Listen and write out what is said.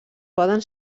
poden